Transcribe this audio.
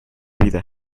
vida